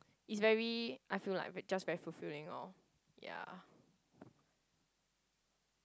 it's very I feel like just very fulfilling oh ya